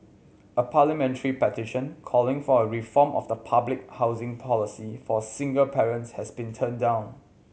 a parliamentary petition calling for a reform of the public housing policy for single parents has been turned down